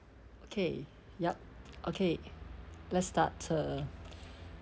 okay yup okay let's start uh